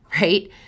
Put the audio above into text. right